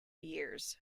years